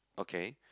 okay